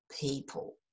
people